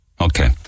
Okay